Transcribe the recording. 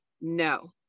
no